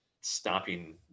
stopping